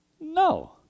No